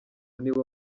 nibo